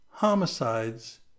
homicides